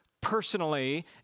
personally